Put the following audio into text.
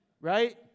right